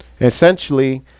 Essentially